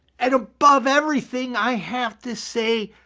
and above everything i have to say,